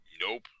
Nope